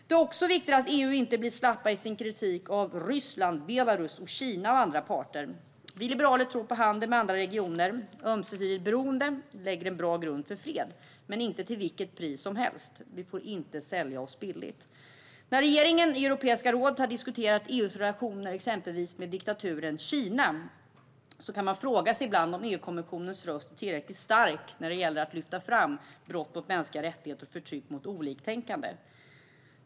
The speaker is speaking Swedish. Det är också viktigt att EU inte blir slappt i sin kritik av Ryssland, Belarus, Kina och andra parter. Vi liberaler tror på handel med andra regioner. Ömsesidigt beroende lägger en bra grund för fred, men inte till vilket pris som helst. Vi får inte sälja oss billigt. När regeringen i Europeiska rådet har diskuterat EU:s relationer med exempelvis diktaturen Kina kan man ibland fråga sig om EU-kommissionens röst är tillräckligt stark när det gäller att lyfta fram brott mot mänskliga rättigheter och förtryck av oliktänkande.